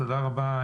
תודה רבה.